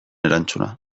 erantzuna